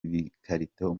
ibikarito